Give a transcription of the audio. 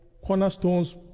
cornerstones